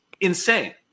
insane